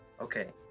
Okay